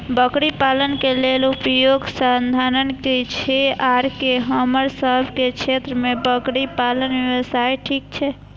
बकरी पालन के लेल उपयुक्त संसाधन की छै आर की हमर सब के क्षेत्र में बकरी पालन व्यवसाय ठीक छै?